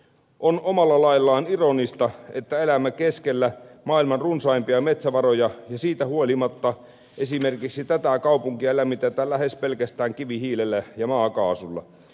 on omalla laillaan ironista että elämme keskellä maailman runsaimpia metsävaroja ja siitä huolimatta esimerkiksi tätä kaupunkia lämmitetään lähes pelkästään kivihiilellä ja maakaasulla